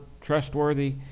trustworthy